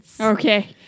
Okay